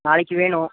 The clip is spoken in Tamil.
நாளைக்கு வேணும்